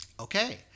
okay